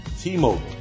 T-Mobile